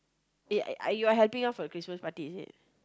eh I I you are helping out for the Christmas party is it